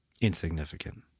insignificant